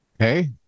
okay